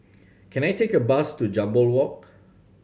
can I take a bus to Jambol Walk